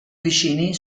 vicini